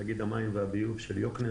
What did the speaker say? תאגיד המים והביוב של יוקנעם,